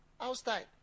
outside